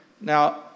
Now